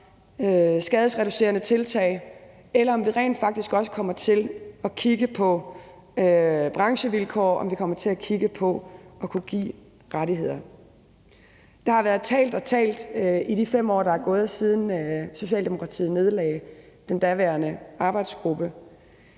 skadesreducerende tiltag, eller om vi rent faktisk også kommer til at kigge på branchevilkår og på at kunne give rettigheder. Kl. 11:51 Der har været talt og talt i de 5 år, der er gået, siden Socialdemokratiet nedlagde den daværende arbejdsgruppe,